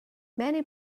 many